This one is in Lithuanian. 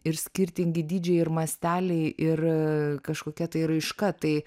ir skirtingi dydžiai ir masteliai ir kažkokia tai raiška tai